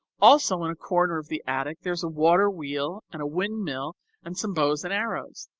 also in a corner of the attic there is a water wheel and a windmill and some bows and arrows.